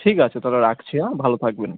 ঠিক আছে তাহলে রাখছি হ্যাঁ ভালো থাকবেন